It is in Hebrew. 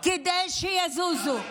כדי שיזוזו.